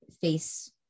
face